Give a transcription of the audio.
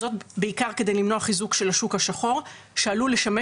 זאת בעיקר כדי למנוע חיזוק של השוק השחור שעלול לשמש